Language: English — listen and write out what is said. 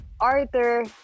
Arthur